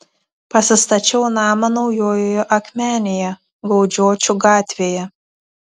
pasistačiau namą naujojoje akmenėje gaudžiočių gatvėje